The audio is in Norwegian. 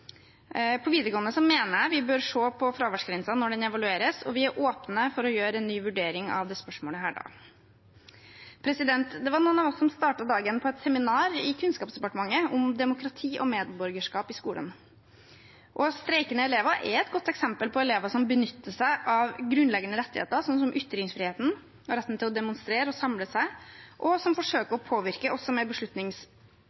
evalueres, og vi er åpne for å gjøre en ny vurdering av dette spørsmålet da. Det var noen av oss som startet dagen på et seminar i Kunnskapsdepartementet om demokrati og medborgerskap i skolen. Streikende elever er et godt eksempel på elever som benytter seg av grunnleggende rettigheter, sånn som ytringsfriheten og retten til å demonstrere og samle seg, og som